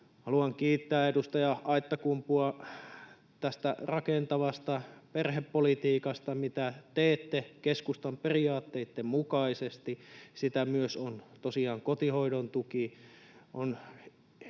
Haluan kiittää edustaja Aittakumpua tästä rakentavasta perhepolitiikasta, mitä teette keskustan periaatteitten mukaisesti. Sitä on tosiaan myös kotihoidon tuki. On ilo tässä